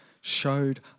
showed